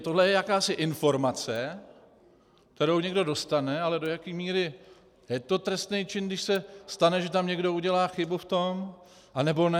tohle je jakási informace, kterou někdo dostane, ale do jaké míry je to trestný čin, když se stane, že tam někdo udělá chybu v tom anebo ne.